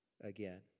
again